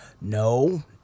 No